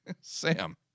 Sam